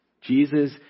Jesus